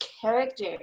character